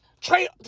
Trade